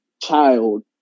child